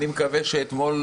אני מקווה שאתמול,